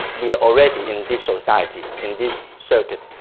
we are already in this society in this circuit.